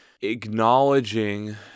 acknowledging